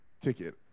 ticket